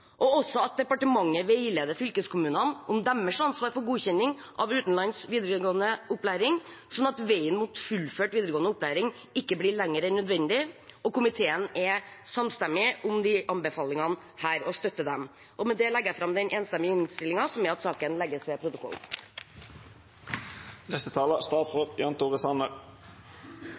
at departementet veileder fylkeskommunene om deres ansvar for godkjenning av utenlandsk videregående opplæring, slik at veien mot fullført videregående opplæring ikke blir lengre enn nødvendig. Komiteen er samstemmig om disse anbefalingene og støtter dem. Med det anbefaler jeg den enstemmige innstillingen, som er at saken vedlegges protokollen.